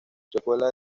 secuela